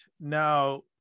Now